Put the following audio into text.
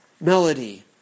melody